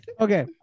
Okay